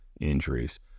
injuries